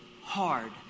hard